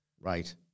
right